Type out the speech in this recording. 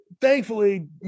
thankfully